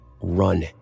Run